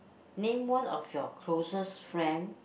name one of your closest friend